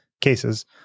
cases